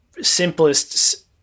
simplest